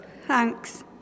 Thanks